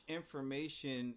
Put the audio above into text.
information